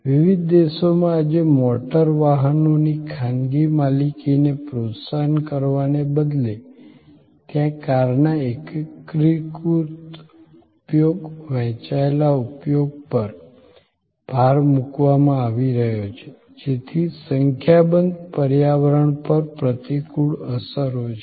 વિવિધ દેશોમાં આજે મોટર વાહનોની ખાનગી માલિકીને પ્રોત્સાહિત કરવાને બદલે ત્યાં કારના એકીકૃત ઉપયોગ વહેંચાયેલ ઉપયોગ પર ભાર મૂકવામાં આવી રહ્યો છે જેની સંખ્યાબંધ પર્યાવરણ પર પ્રતિકૂળ અસરો છે